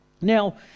now